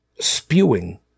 spewing